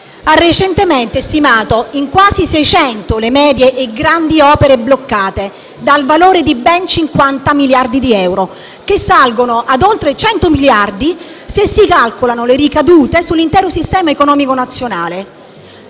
ha recentemente stimato in quasi 600 le medie e grandi opere bloccate, per un valore di ben 50 miliardi di euro, che salgono a oltre 100 miliardi, se si calcolano le ricadute sull'intero sistema economico nazionale.